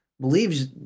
believes